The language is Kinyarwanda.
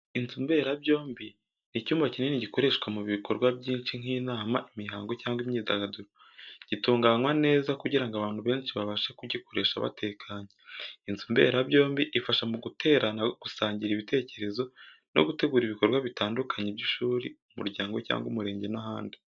Inzu mberabyombi ni icyumba kinini gikoreshwa mu bikorwa byinshi, nk’inama, imihango cyangwa imyidagaduro. Gitunganywa neza kugira ngo abantu benshi babashe kugikoresha batekanye. Inzu mberabyombi ifasha mu guterana, gusangira ibitekerezo no gutegura ibikorwa bitandukanye by’ishuri, umuryango cyangwa umurenge n’ahandi.